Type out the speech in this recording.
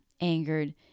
angered